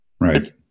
Right